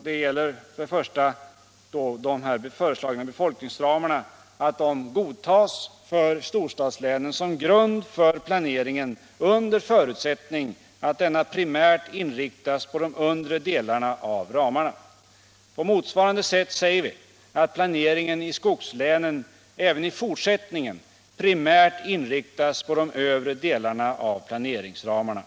De föreslagna befolkningsramarna godtas för storstadslänen som grund för planeringen under förutsättning att denna primärt inriktas på de undre delarna av ramarna. På motsvarande sätt säger vi att planeringen i skogslänen även i fortsättningen bör primärt inriktas på de övre delarna av planeringsramarna.